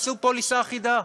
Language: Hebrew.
תעשו פוליסה אחידה,